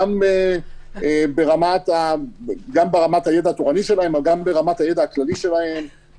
גם ברמת הידע התורני שלהם וגם ברמת הידע הכללי שלהם,